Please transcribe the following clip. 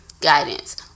guidance